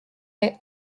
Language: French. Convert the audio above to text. deux